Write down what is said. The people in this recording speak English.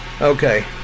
Okay